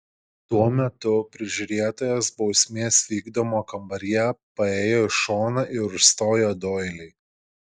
tuo metu prižiūrėtojas bausmės vykdymo kambaryje paėjo į šoną ir užstojo doilį